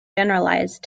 generalized